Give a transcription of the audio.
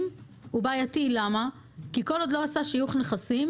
הוא בעייתי כי כל עוד לא עשה שיוך נכסים,